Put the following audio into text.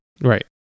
right